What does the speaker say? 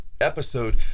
episode